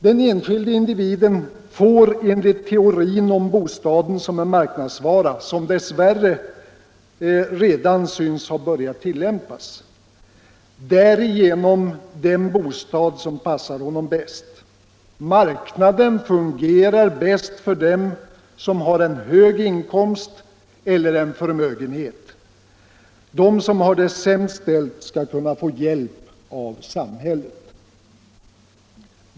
Den enskilde individen får enligt teorin om bostaden som en marknadsvara — en teori som dess värre redan synes ha börjat tillämpas — därigenom den bostad som passar honom bäst. Marknaden fungerar bäst för dem som har hög inkomst eller förmögenhet. De som har det sämst ställt skall kunna få hjälp av samhället.